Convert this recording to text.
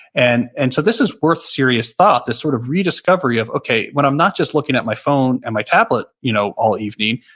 and and so this is worth serious thought, this sort of rediscovery of, okay, when i'm not just looking at my phone and my tablet you know all evening,